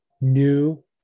new